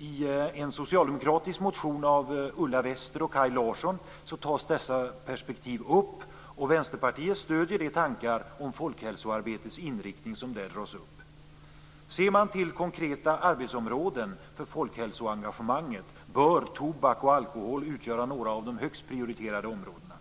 I en socialdemokratisk motion, av Ulla Wester och Kaj Larsson, tas dessa perspektiv upp, och Vänsterpartiet stöder de tankar om folkhälsoarbetets inriktning som där förs fram. Vad gäller konkreta arbetsområden för folkhälsoengagemanget bör tobak och alkohol utgöra några av de högst prioriterade områdena.